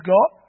God